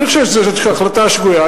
אני חושב שזו החלטה שגויה.